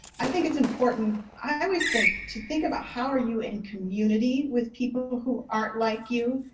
i think it's important, i always think to think about how are you in community with people who aren't like you,